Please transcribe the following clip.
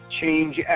change